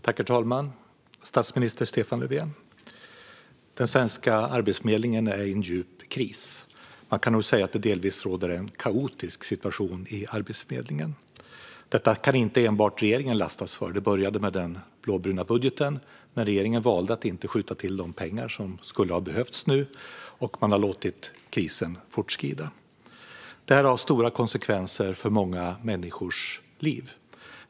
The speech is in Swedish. Herr talman och statsminister Stefan Löfven! Den svenska Arbetsförmedlingen är i en djup kris. Man kan nog säga att det delvis råder en kaotisk situation på Arbetsförmedlingen. Detta kan inte enbart regeringen lastas för; det började med den blåbruna budgeten. Men regeringen valde att inte skjuta till de pengar som skulle ha behövts nu, och man har låtit krisen fortskrida. Detta får stora konsekvenser för många människor.